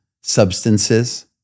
substances